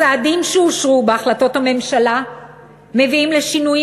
הצעדים שאושרו בהחלטות הממשלה מביאים לשינויים